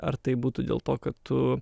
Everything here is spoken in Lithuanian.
ar tai būtų dėl to kad tu